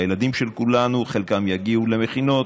הילדים של כולנו, חלקם יגיעו למכינות,